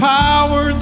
power